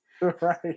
right